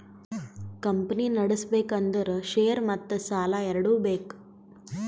company ನಡುಸ್ಬೆಕ್ ಅಂದುರ್ share ಮತ್ತ ಸಾಲಾ ಎರಡು ಬೇಕ್